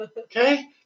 Okay